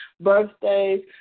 birthdays